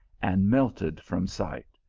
and melted from sight,